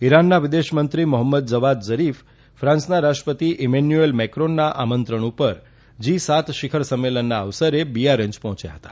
ઇરાનના વિદેશમંત્રી Mohammad Javad Zarif ફાંસના રાષ્ટ્રપતિ ઇમૈનુઅલ મેક્રોનના આમંત્રણ પર જી સાત શિખર સંમેલનના અવસરે બિયારેન્જ પર્હોચ્યા હતા